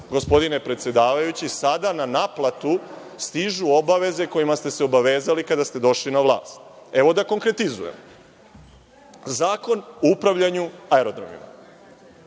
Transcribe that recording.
gospodine predsedavajući, na naplatu stižu obaveze kojima ste se obavezali kada ste došli na vlast. Evo da konkretizujem. Zakon o upravljanju aerodromima,